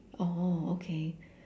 oh oh okay